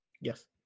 Yes